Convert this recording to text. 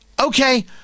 Okay